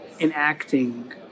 enacting